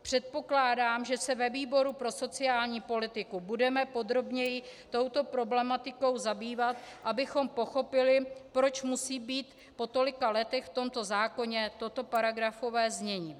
Předpokládám, že se ve výboru pro sociální politiku budeme podrobněji touto problematikou zabývat, abychom pochopili, proč musí být po tolika letech v tomto zákoně toto paragrafové znění.